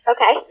Okay